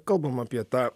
kalbam apie tą